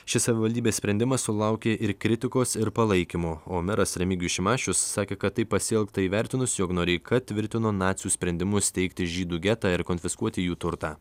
šis savivaldybės sprendimas sulaukė ir kritikos ir palaikymo o meras remigijus šimašius sakė kad taip pasielgta įvertinus jog noreika tvirtino nacių sprendimus steigti žydų getą ir konfiskuoti jų turtą